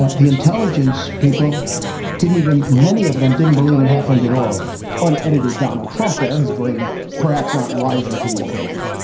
ah the intelligence people didn't even many of them didn't believe it happened at all unedited donald trump there, his brain perhaps not rising to the occasion.